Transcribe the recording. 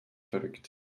verrückt